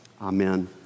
Amen